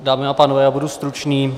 Dámy a pánové, já budu stručný.